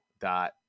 dot